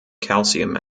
calcium